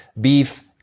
beef